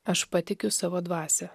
aš patikiu savo dvasią